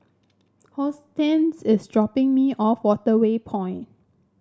Hortense is dropping me off at Waterway Point